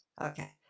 Okay